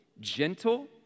gentle